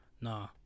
Nah